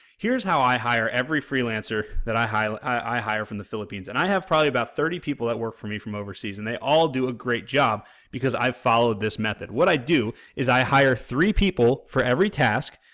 here's how i hire every freelancer that i hire i hire from the philippines and i have probably about thirty people that work for me from overseas and they all do a great job because i followed this method. what i do is i hire three people for every task,